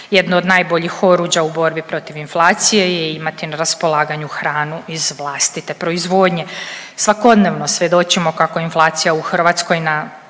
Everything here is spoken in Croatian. Jedno od najboljih oruđa u borbi protiv inflacije je imati na raspolaganju hranu iz vlastite proizvodnje. Svakodnevno svjedočimo kako inflacija u Hrvatskoj na